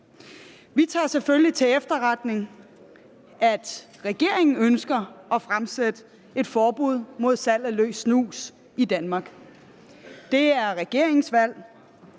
Vi tager selvfølgelig til efterretning, at regeringen ønsker at fremsætte et forbud mod salg af løs snus i Danmark. Det er regeringens valg.